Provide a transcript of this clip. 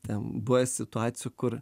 ten buvę situacijų kur